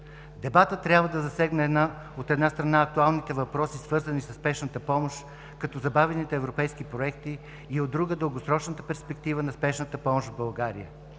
Дебатът трябва да засегне, от една страна, актуалните въпроси, свързани със спешната помощ, като забавените европейски проекти, а от друга страна, дългосрочната перспектива на спешната помощ в България.